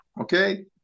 Okay